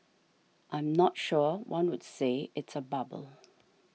I'm not sure one would say it's a bubble